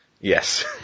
Yes